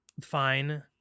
Fine